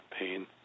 pain